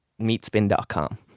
Meatspin.com